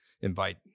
invite